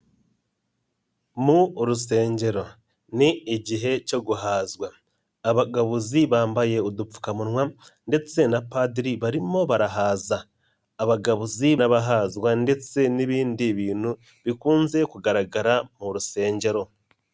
Mu urusengero ni igihe cyo guhazwa, abagabo bambaye udupfukamunwa ndetse na padiri barimo barahaza, abagabuzi n'abahazwa ndetse n'ibindi bintu bikunze kugaragara mu rusengero.